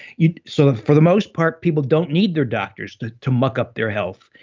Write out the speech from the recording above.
you know sort of for the most part people don't need their doctors to to muck-up their health.